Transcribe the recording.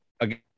again